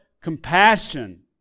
compassion